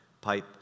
pipe